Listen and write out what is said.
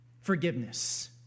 forgiveness